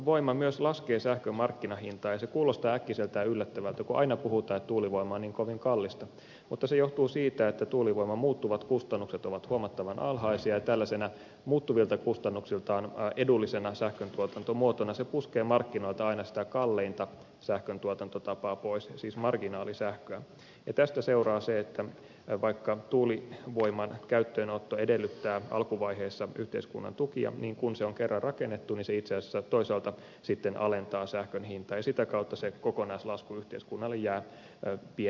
tuulivoima myös laskee sähkön markkinahintaa ja se kuulostaa äkkiseltään yllättävältä kun aina puhutaan että tuulivoima on niin kovin kallista mutta se johtuu siitä että tuulivoiman muuttuvat kustannukset ovat huomattavan alhaisia ja tällaisena muuttuvilta kustannuksiltaan edullisena sähköntuotantomuotona se puskee markkinoilta aina sitä kalleinta sähköntuotantotapaa pois siis marginaalisähköä ja tästä seuraa se että vaikka tuulivoiman käyttöönotto edellyttää alkuvaiheessa yhteiskunnan tukia niin kun se on kerran rakennettu niin se itse asiassa toisaalta sitten alentaa sähkön hintaa ja sitä kautta se kokonaislasku yhteiskunnalle jää pienemmäksi